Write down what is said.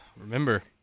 Remember